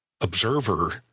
Observer